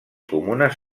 comunes